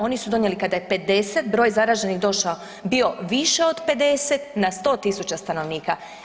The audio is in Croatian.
Oni su donijeli kada je 50 broj zaraženih došao, bio više od 50 na 100 tisuća stanovnika.